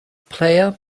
player